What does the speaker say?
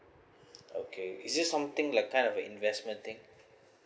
okay is this something like kind of an investment thing